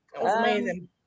amazing